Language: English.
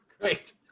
Great